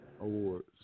awards